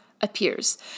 appears